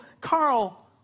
Carl